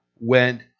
went